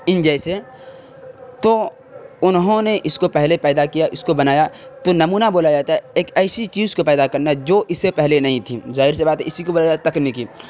ان جیسے تو انہوں نے اس کو پہلے پیدا کیا اس کو بنایا تو نمونہ بولا جاتا ہے ایک ایسی چیز کو پیدا کرنا جو اس سے پہلے نہیں تھی ظاہر سی بات ہے اسی کو بولا جاتا ہے تکنیکی